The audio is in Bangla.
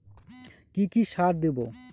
কি কি সার দেবো?